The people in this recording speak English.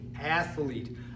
athlete